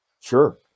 Sure